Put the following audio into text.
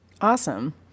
Awesome